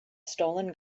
stolen